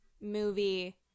movie